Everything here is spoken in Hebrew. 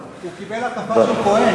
הוא קיבל הקפה של כוהן,